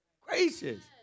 gracious